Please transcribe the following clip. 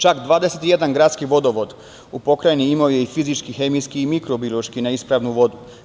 Čak 21 gradski vodovod u Pokrajini imao je fizički, hemijski i mikrobiološki neispravnu vodu.